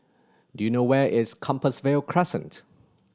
do you know where is Compassvale Crescent